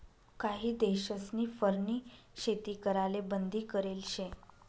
काही देशस्नी फरनी शेती कराले बंदी करेल शे